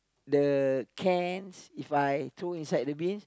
the cans If I throw inside the bin